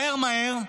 מהר מהר,